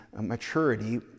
maturity